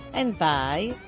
and buy.